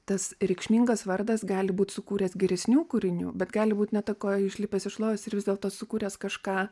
tas reikšmingas vardas gali būt sukūręs geresnių kūrinių bet gali būti ne tik koja išlipęs iš lovos ir vis dėlto sukūręs kažką